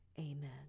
Amen